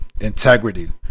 Integrity